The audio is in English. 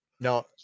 no